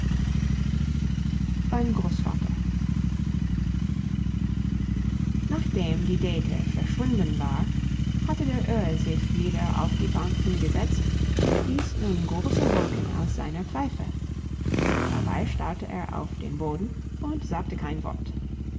beim großvater nachdem die dete verschwunden war hatte der öhi sich wieder auf die bank hingesetzt und blies nun große wolken aus seiner pfeife dabei starrte er auf den boden und sagte kein wort